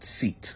seat